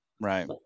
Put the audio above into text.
right